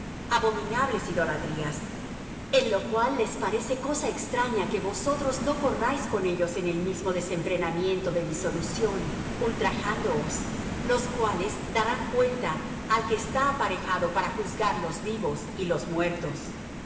abominables idolatrías en lo cual les parece cosa extraña que vosotros no corráis con ellos en el mismo desenfrenamiento de disolución ultrajándoos los cuales darán cuenta al que está aparejado para juzgar los vivos y los muertos